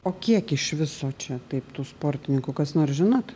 o kiek iš viso čia taip tų sportininkų kas nors žinot